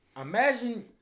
imagine